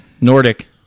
Nordic